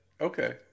okay